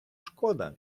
шкода